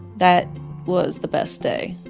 that was the best day